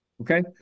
okay